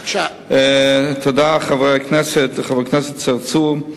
חבר הכנסת צרצור,